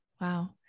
wow